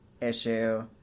issue